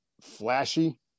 flashy